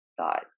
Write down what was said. thought